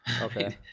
Okay